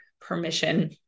permission